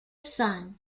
son